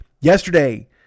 Yesterday